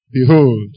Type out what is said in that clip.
Behold